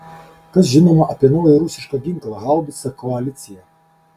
kas žinoma apie naują rusišką ginklą haubicą koalicija